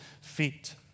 feet